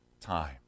time